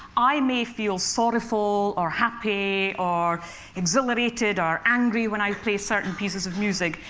i may feel sorrowful, or happy, or exhilarated, or angry when i play certain pieces of music,